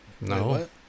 No